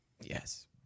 Yes